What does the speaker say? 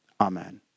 Amen